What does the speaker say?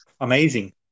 Amazing